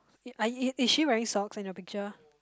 I e~ is she wearing socks in your picture